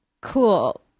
cool